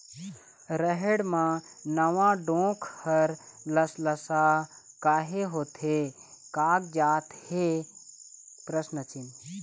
रहेड़ म नावा डोंक हर लसलसा काहे होथे कागजात हे?